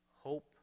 hope